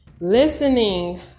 Listening